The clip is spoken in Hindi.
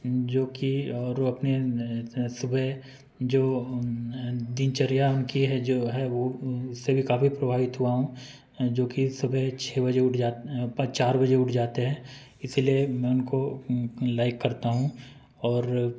जो कि और वह अपने सुबह जो दिनचर्या कि है जो है वह उससे भी काफ़ी प्रभावित हुआ हूँ जो कि सुबेह छः बजे उठ जा प चार बजे उठ जाते हैं इसलिए मैं उनको लाइक करता हूँ और